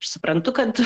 suprantu kad